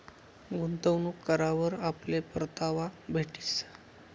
गुंतवणूक करावर आपले परतावा भेटीस